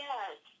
Yes